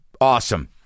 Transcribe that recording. awesome